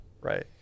Right